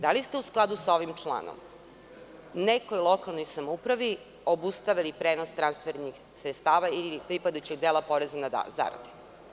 Da li ste u skladu sa ovim članom nekoj lokalnoj samoupravi obustavili prenos transfernih sredstava ili pripadajućeg dela poreza na zarade?